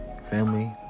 Family